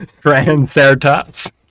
Triceratops